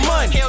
Money